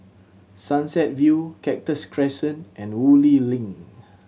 Sunset View Cactus Crescent and Woodleigh Link